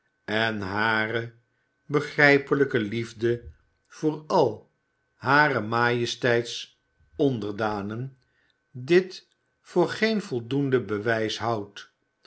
en hare begrijpelijke liefde voor al harer majesteits onderdanen dit voor geen voldoend bewijs houdt